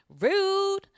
Rude